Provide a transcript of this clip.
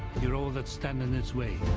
you know that stand in his way.